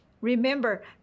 remember